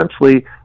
essentially